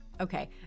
Okay